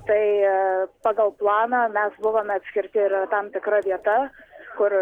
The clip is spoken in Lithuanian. tai pagal planą mes buvome atskirti yra tam tikra vieta kur